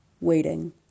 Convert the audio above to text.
waiting